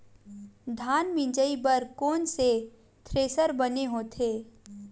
धान मिंजई बर कोन से थ्रेसर बने होथे?